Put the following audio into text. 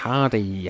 Hardy